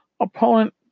Opponent